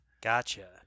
Gotcha